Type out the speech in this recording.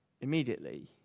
immediately